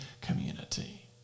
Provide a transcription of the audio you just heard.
community